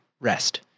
rest